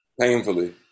Painfully